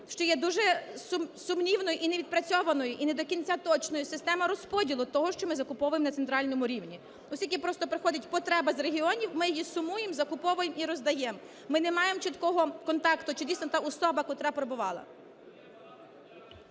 що є дуже сумнівною і не відпрацьованою, і не до кінця точною, система розподілу того, що ми закуповуємо на центральному рівні, оскільки просто приходить потреба з регіонів, ми її сумуємо, закуповуємо і роздаємо. Ми не маємо чіткого контакту, чи дійсно та особа, котра потребувала.